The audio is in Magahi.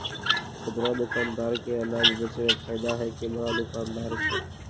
खुदरा दुकानदार के अनाज बेचे में फायदा हैं कि बड़ा दुकानदार के?